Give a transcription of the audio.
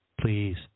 please